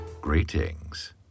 Greetings